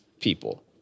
people